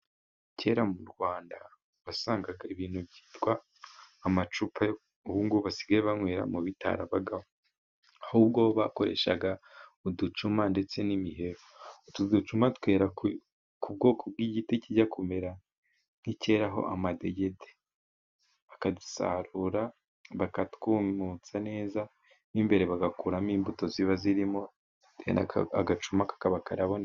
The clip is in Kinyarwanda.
Kera mu Rwanda wasangaga ibintu byitwa amacupa ubu ngubu basigaye banweramo bitarabagaho, ahubwo bo bakoreshaga uducuma ndetse n'imiheha, utu ducuma twera ku bwoko bw'igiti kijya kumera nk'icyeraho amadegede, bakadusarura bakatwumutsa neza mwo imbere bagakuramo imbuto ziba zirimo, agacuma kakaba karabonetse.